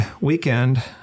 weekend